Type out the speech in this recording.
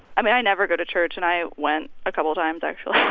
i mean, i never go to church, and i went a couple times actually